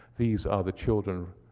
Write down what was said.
these are the children,